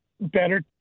better